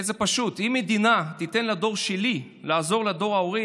הרי זה פשוט: אם המדינה תיתן לדור שלי לעזור לדור ההורים,